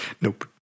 Nope